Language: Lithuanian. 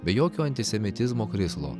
be jokio antisemitizmo krislo